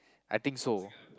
I think so